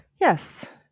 yes